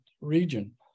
region